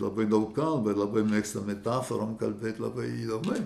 labai daug kalba ir labai mėgsta metaforom kalbėt labai įdomiai